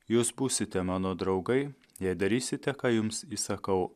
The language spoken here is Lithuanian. jūs būsite mano draugai jei darysite ką jums įsakau